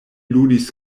ludis